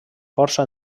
força